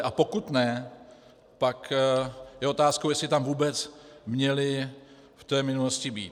A pokud ne, tak je otázkou, jestli tam vůbec měli v té minulosti být.